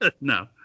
No